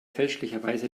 fälschlicherweise